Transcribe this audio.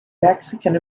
mexican